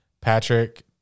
Patrick